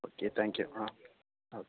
okay thank you ah okay